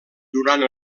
durant